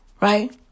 Right